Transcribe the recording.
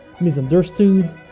misunderstood